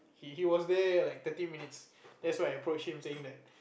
he was there like thirty minutes that's when I approached him saying that